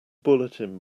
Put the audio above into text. bulletin